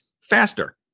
faster